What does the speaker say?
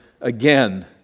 again